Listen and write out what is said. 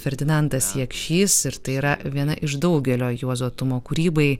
ferdinandas jakšys ir tai yra viena iš daugelio juozo tumo kūrybai